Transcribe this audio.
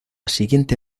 siguiente